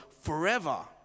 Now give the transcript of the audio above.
forever